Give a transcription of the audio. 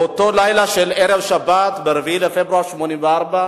באותו לילה של ערב שבת, ב-4 בפברואר 1984,